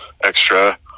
extra